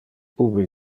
ubi